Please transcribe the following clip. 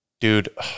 dude